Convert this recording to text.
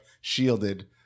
shielded